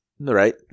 right